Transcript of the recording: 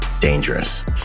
dangerous